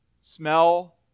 smell